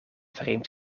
vreemd